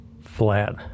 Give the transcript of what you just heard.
flat